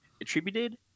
attributed